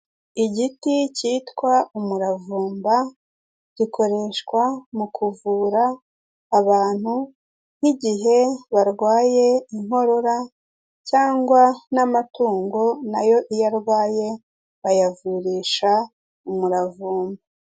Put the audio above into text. Igiti cyitwa umuravumba, gikoreshwa mu kuvura abantu nk'igihe barwaye inkorora cyangwa n'amatungo na yo iyo arwaye bayavurisha umuravumba.